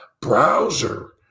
browser